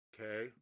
Okay